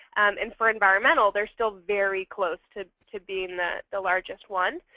and for environmental, they're still very close to to being the the largest one.